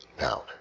Now